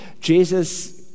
Jesus